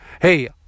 Hey